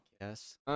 Yes